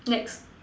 next